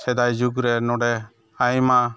ᱥᱮᱫᱟᱭ ᱡᱩᱜᱽᱨᱮ ᱱᱚᱰᱮ ᱟᱭᱢᱟ